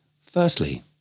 Firstly